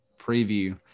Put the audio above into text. preview –